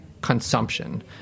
consumption